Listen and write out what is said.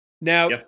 Now